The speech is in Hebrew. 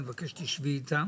אני מבקש שתשבי איתם,